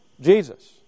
Jesus